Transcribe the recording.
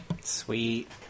Sweet